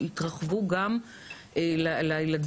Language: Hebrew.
יתרחבו גם לילדים